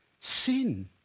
Sin